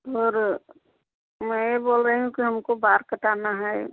और मैं येह बोल रहीं हूँ कि हमको बाल कटाना है